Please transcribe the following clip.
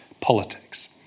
politics